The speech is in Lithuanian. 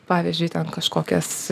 pavyzdžiui ten kažkokias